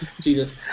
Jesus